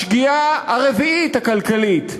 השגיאה הכלכלית הרביעית,